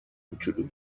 کوچولو